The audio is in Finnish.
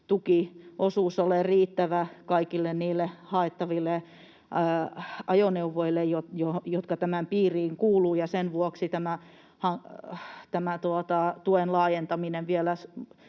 tukiosuus ole riittävä kaikille niille haettaville ajoneuvoille, jotka tämän piiriin kuuluvat, ja sen vuoksi tämä tuen laajentaminen vielä